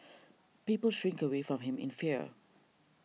people shrink away from him in fear